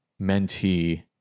mentee